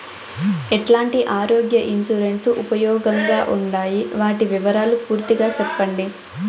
ఎట్లాంటి ఆరోగ్య ఇన్సూరెన్సు ఉపయోగం గా ఉండాయి వాటి వివరాలు పూర్తిగా సెప్పండి?